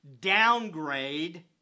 downgrade